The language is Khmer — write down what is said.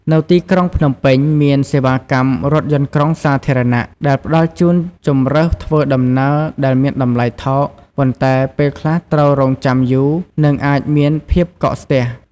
នៅទីក្រុងភ្នំពេញ មានសេវាកម្មរថយន្តក្រុងសាធារណៈដែលផ្តល់ជូនជម្រើសធ្វើដំណើរដែលមានតម្លៃថោក ប៉ុន្តែពេលខ្លះត្រូវរង់ចាំយូរ និងអាចមានភាពកកស្ទះ។